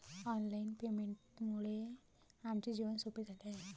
online पेमेंटमुळे आमचे जीवन सोपे झाले आहे